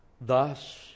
thus